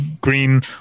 green